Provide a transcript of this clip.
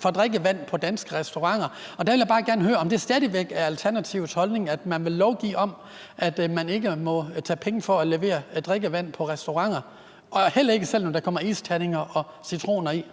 for drikkevand på danske restauranter. Der vil jeg bare gerne høre, om det stadig væk er Alternativets holdning, at man vil lovgive om, at der ikke må tages penge for at levere drikkevand på restauranter – og heller ikke, selv om der kommer isterninger og citroner i.